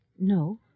No